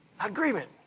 Agreement